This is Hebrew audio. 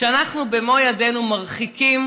שאנחנו במו ידינו מרחיקים